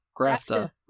grafta